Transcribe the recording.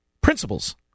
principles